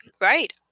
Right